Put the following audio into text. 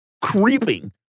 creeping